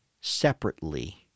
separately